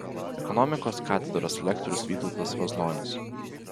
ekonomikos katedros lektorius vytautas vaznonis